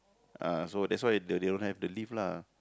uh so that's why they don't have the lift lah